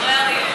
את בוגרי אריאל.